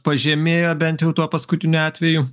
pažemėjo bent jau tuo paskutiniu atveju